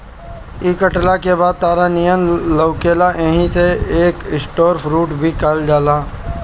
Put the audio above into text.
इ कटला के बाद तारा नियन लउकेला एही से एके स्टार फ्रूट भी कहल जाला